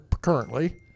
currently